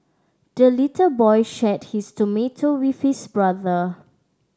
the little boy shared his tomato with his brother